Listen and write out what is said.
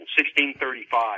1635